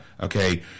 Okay